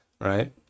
right